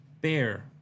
Bear